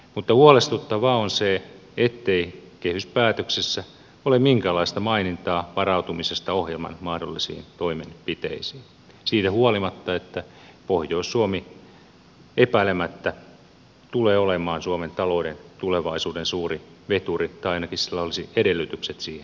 mutta huolestuttavaa on se ettei kehyspäätöksessä ole minkäänlaista mainintaa varautumisesta ohjelman mahdollisiin toimenpiteisiin siitä huolimatta että pohjois suomi epäilemättä tulee olemaan suomen talouden tulevaisuuden suuri veturi tai ainakin sillä olisi edellytykset siihen olemassa